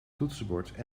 toetsenbord